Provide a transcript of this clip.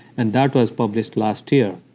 and that was published last year